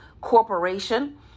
corporation